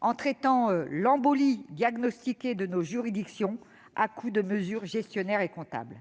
en traitant l'embolie diagnostiquée de nos juridictions à coups de mesures gestionnaires et comptables.